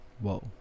Whoa